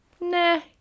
nah